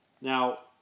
now